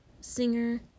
singer